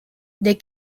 they